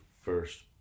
first